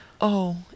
Oh